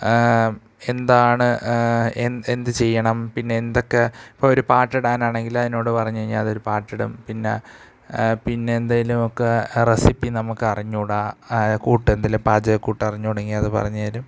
എന്താണ് എൻ എന്ത് ചെയ്യണം പിന്നെ എന്തൊക്കെ ഇപ്പോൾ ഒരു പാട്ട് ഇടാനാണെങ്കിൽ അതിനോട് പറഞ്ഞ് കഴിഞ്ഞാൽ അതൊരു പാട്ട് ഇടും പിന്നെ പിന്നെ എന്തെങ്കിലും ഒക്കെ റെസിപ്പി നമുക്ക് അറിഞ്ഞുകൂടാ കൂട്ട് ഇതിൽ പാചകക്കൂട്ട് അറിഞ്ഞുകൂടെങ്കിൽ അത് പറഞ്ഞ് തരും